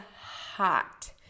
hot